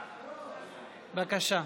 בבקשה.